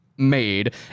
made